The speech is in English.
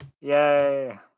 Yay